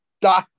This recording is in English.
da